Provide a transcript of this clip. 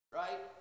right